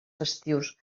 festius